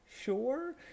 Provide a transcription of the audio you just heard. sure